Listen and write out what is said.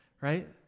right